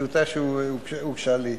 בטיוטה שהוגשה לי.